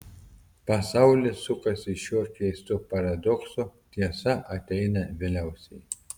pasaulis sukasi šiuo keistu paradoksu tiesa ateina vėliausiai